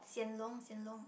Hsien-Loong Hsien-Loong